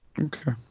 Okay